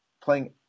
playing